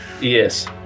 Yes